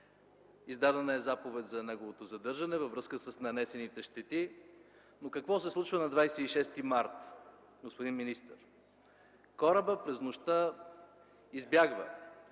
Издадена е заповед за неговото задържане във връзка с нанесените щети, но какво се случва на 26 март, господин министър? Корабът през нощта избягва,